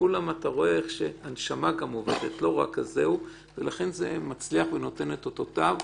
אתה רואה שגם הנשמה עובדת ולכן זה מצליח ונותן את אותותיו.